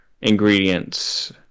ingredients